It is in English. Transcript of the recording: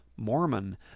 Mormon